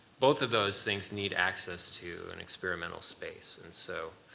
both of those things need access to an experimental space. and so